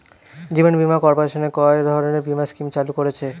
জীবন বীমা কর্পোরেশন কয় ধরনের বীমা স্কিম চালু করেছে?